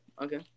Okay